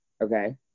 Okay